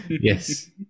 yes